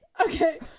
Okay